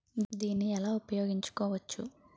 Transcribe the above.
దీన్ని ఎలా ఉపయోగించు కోవచ్చు?